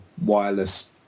wireless